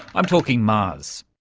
i'm talking mars.